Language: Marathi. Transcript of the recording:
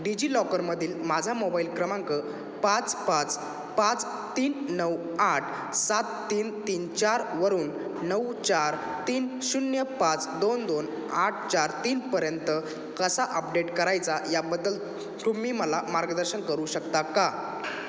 डिजिलॉकरमधील माझा मोबाईल क्रमांक पाच पाच पाच तीन नऊ आठ सात तीन तीन चारवरून नऊ चार तीन शून्य पाच दोन दोन आठ चार तीनपर्यंत कसा अपडेट करायचा याबद्दल तुम्ही मला मार्गदर्शन करू शकता का